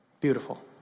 Beautiful